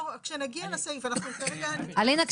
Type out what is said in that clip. כשנגיע לסעיף אנחנו -- אלינה,